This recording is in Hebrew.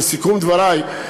לסיכום דברי,